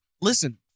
listen